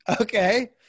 Okay